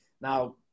Now